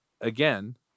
again